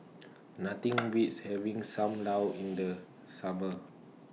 Nothing Beats having SAM Lau in The Summer